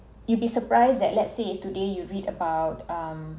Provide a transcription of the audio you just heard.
you'll be surprised that let's say today you read about um